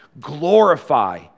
glorify